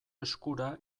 eskura